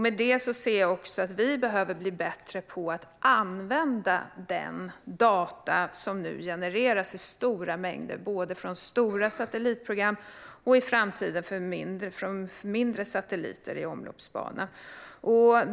Med det ser jag också att vi behöver bli bättre på att använda de data som nu genereras i stora mängder både från stora satellitprogram och, i framtiden, från mindre satelliter i omloppsbana.